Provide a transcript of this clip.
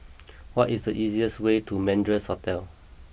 what is the easiest way to Madras Hotel